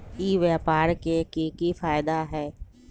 ई व्यापार के की की फायदा है?